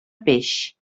peix